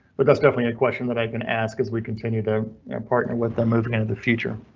but that's definitely a question that i can ask as we continue to and partner with them moving into the future,